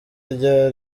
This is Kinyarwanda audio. rya